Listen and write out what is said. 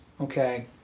okay